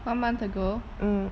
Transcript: one month ago